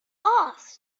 asked